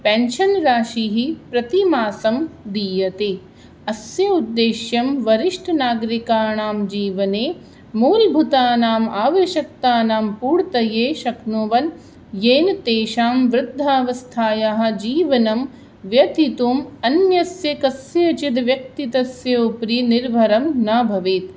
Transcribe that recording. pension राशिः प्रतिमासं दीयते अस्य उद्देश्यं वरिष्ठनागरिकाणां जीवने मूलभूतानां आवश्यकतानां पूर्तये शक्नुवन् येन तेषां वृद्धावस्थायाः जीवनं व्यतितुं अन्यस्य कस्यचिद् व्यक्तितस्य उपरि निर्भरं न भवेत्